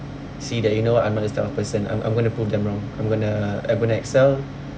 see that you know I'm not this type of person I'm I'm gonna prove them wrong I'm gonna excel